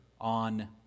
on